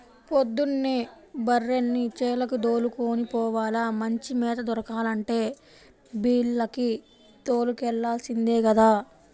పొద్దున్నే బర్రెల్ని చేలకి దోలుకొని పోవాల, మంచి మేత దొరకాలంటే బీల్లకు తోలుకెల్లాల్సిందే గదా